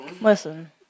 Listen